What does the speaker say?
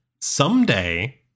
someday